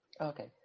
Okay